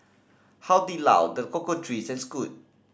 Di Lao The Cocoa Trees and Scoot